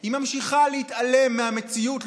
אם היא ממשיכה להתעלם מהמציאות,